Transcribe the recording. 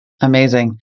Amazing